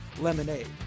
lemonade